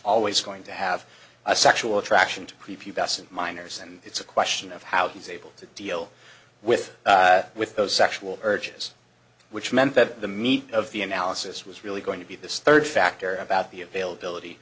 always going to have a sexual attraction to creepy besson minors and it's a question of how he's able to deal with with those sexual urges which meant that the meat of the analysis was really going to be this third factor about the availability